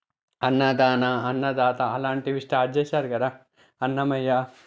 అన్నదాన అన్నదాత అలాంటివి స్టార్ట్ చేశారు కదా అన్నమయ్య